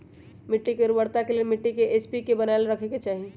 मिट्टी के उर्वरता के लेल मिट्टी के पी.एच के बनाएल रखे के चाहि